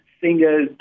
singers